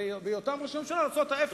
בהיותם ראש ממשלה, לעשות ההיפך